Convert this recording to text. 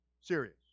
serious